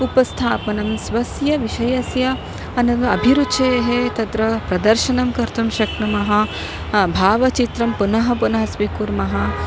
उपस्थापनं स्वस्य विषयस्य अननु अभिरुचेः तत्र प्रदर्शनं कर्तुं शक्नुमः भावचित्रं पुनः पुनः स्वीकुर्मः